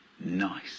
Nice